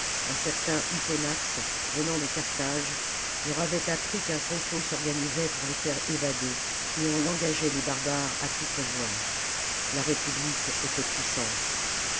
un certain hipponax venant de carthage leur avait appris qu'un complot s'organisait pour les faire évader et on engageait les barbares à tout prévoir la république était puissante